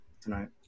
tonight